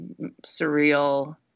surreal